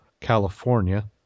California